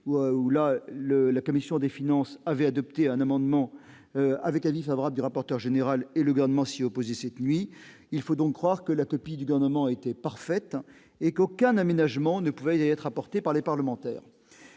la commission des finances avait adopté un amendement avec avis favorable du rapporteur général, mais le Gouvernement s'est opposé à la mesure cette nuit. Il faut croire que la copie du Gouvernement était parfaite ... Parfaite !... et qu'aucun aménagement ne pouvait y être apporté par les parlementaires